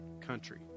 country